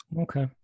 Okay